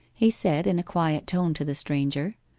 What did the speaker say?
he said in a quiet tone to the stranger,